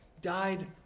died